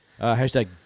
Hashtag